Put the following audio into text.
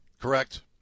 Correct